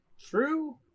True